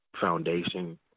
foundation